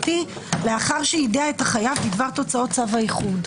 - לאחר שיידע את החייב בדבר תוצאות צו האיחוד?